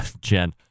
Jen